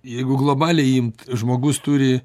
jeigu globaliai imt žmogus turi